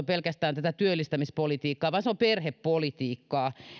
pelkästään tätä työllistämispolitiikkaa vaan se on perhepolitiikkaa